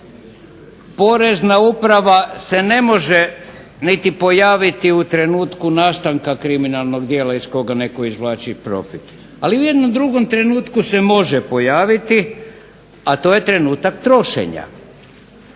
Porezna uprava se ne može niti pojaviti u trenutku nastanka kriminalnog djela iz koga netko izvlači profit. Ali u jednom drugom trenutku se može pojaviti, a to je trenutak trošenja.